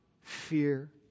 fear